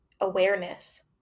awareness